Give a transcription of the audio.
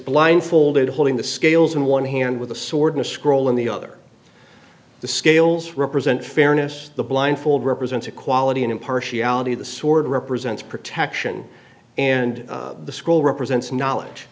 blindfolded holding the scales in one hand with a sword in a scroll in the other the scales represent fairness the blindfold represents equality and impartiality the sword represents protection and the school represents knowledge